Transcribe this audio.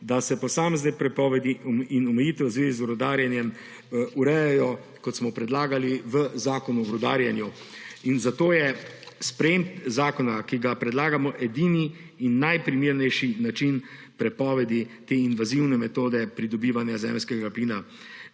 da se posamezne prepovedi in omejitve v zvezi z rudarjenjem urejajo, kot smo predlagali v Zakonu o rudarjenju. Zato je sprejem zakona, ki ga predlagamo, edini in najprimernejši način prepovedi te invazivne metode pridobivanja zemeljskega plina,